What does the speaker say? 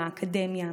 מהאקדמיה,